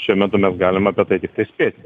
šiuo metu mes galim apie tai tiktai spėti